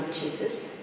Jesus